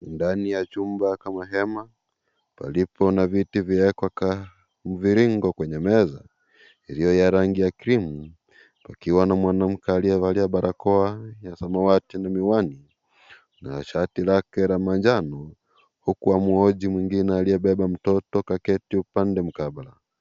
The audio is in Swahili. Ndani ya chumba kama hema, palipo na viti vilivyo kwa mviringo na meza iliyo ya rangi ya krimu. Pakiwa na mwanamke aliyevalia barakoa ya samawati na miwani, na shati lake la manjano, huku amhoji mwingine aliyebeba mtoto kaketi upande mkabala.